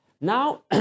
Now